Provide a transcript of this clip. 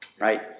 right